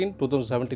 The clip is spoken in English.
2017